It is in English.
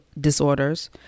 disorders